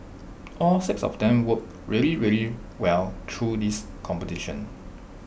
all six of them worked really really well through this competition